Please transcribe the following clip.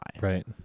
Right